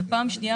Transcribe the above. ושנית,